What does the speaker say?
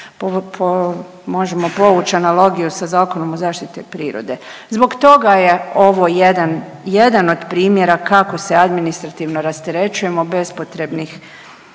možemo povuć analogiju sa Zakonom o zaštiti prirode. Zbog toga je ovo jedan, jedan od primjera kako se administrativno rasterećujemo bespotrebnih